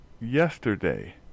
yesterday